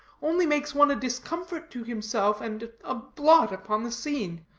only makes one a discomfort to himself, and a blot upon the scene.